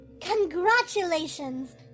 Congratulations